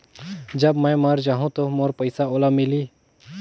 जब मै मर जाहूं तो मोर पइसा ओला मिली?